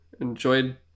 enjoyed